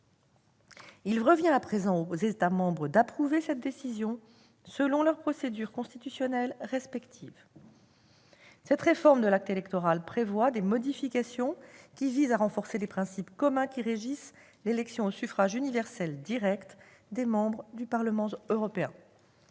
Il revient à présent aux États membres d'approuver cette décision selon leurs procédures constitutionnelles respectives. Cette réforme de l'acte électoral prévoit des modifications qui visent à renforcer les principes communs régissant l'élection au suffrage universel direct des membres du Parlement européen.